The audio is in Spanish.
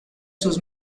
sus